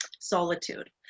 solitude